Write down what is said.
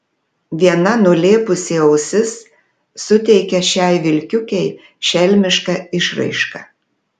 viena nulėpusi ausis suteikia šiai vilkiukei šelmišką išraišką